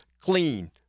clean